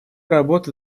работы